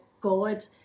God